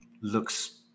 looks